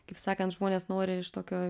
kaip sakant žmonės nori iš tokio